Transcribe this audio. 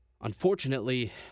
unfortunately